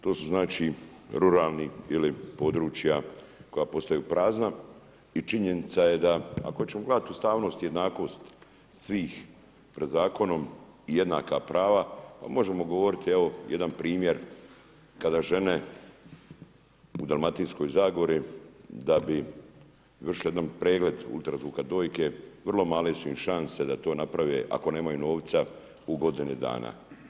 To su znači ruralna područja koja postaju prazna i činjenica je da ako ćemo gledat ustavnost, jednakost svih pred zakonom jednaka prava, možemo govorit evo jedan primjer kada žene u dalmatinskoj zagori da bi izvršile jedan pregled ultrazvuka dojke, vrlo male su im šanse da to naprave ako nemaju novca u godini dana.